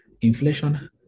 Inflation